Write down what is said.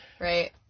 Right